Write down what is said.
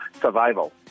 survival